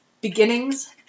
beginnings